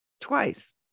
twice